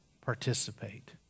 participate